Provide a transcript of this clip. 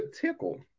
tickle